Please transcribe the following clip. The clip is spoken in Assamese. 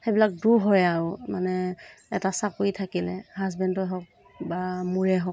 সেইবিলাক দূৰ হয় আৰু মানে এটা চাকৰি থাকিলে হাজবেণ্ডৰে হওক বা মোৰে হওক